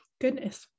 Goodness